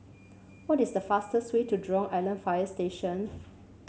what is the fastest way to Jurong Island Fire Station